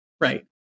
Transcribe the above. Right